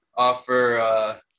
offer